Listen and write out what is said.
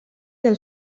del